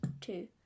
two